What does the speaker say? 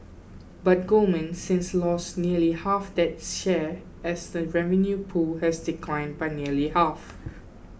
but Goldman since lost nearly half that share as the revenue pool has declined by nearly half